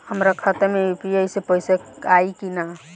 हमारा खाता मे यू.पी.आई से पईसा आई कि ना?